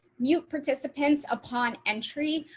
mute participants upon entry,